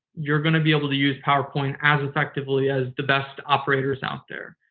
you're going to be able to use powerpoint as effectively as the best operators out there.